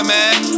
man